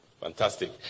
Fantastic